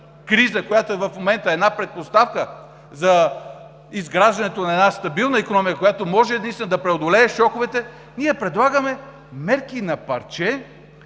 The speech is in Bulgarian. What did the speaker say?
криза, която в момента е една предпоставка за изграждането на стабилна икономика, която може единствено да преодолее шоковете, ние предлагаме мерки на парче,